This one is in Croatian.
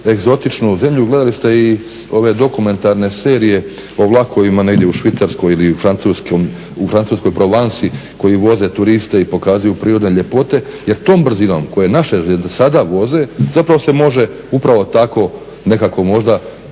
egzotičnu zemlju. Gledali ste i ove dokumentarne serije o vlakovima negdje u Švicarskoj ili u Francuskoj provansi koji voze turiste i pokazuju prirodne ljepote jer tom brzinom kojom naše željeznice sada voze, zapravo se može upravo tako nekako možda